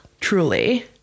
truly